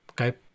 okay